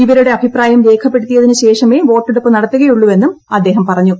ഇവരുടെ അഭിപ്രായം രേഖപ്പെടുത്തിയതിന് ശേഷമേ വോട്ടെടുപ്പ് നടത്തുകയുള്ളൂവെന്നും അദ്ദേഹം പറഞ്ഞു